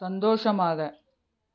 சந்தோஷமாக